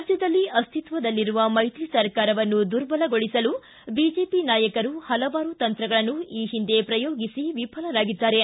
ರಾಜ್ಯದಲ್ಲಿ ಅ್ಯಿತ್ವದಲ್ಲಿರುವ ಮೈತ್ರಿ ಸರ್ಕಾರವನ್ನು ದುರ್ಬಲಗೊಳಿಸಲು ಬಿಜೆಪಿ ನಾಯಕರು ಪಲವಾರು ತಂತ್ರಗಳನ್ನು ಈ ಹಿಂದೆ ಪ್ರಯೋಗಿಸಿ ವಿಫಲರಾಗಿದ್ದಾರೆ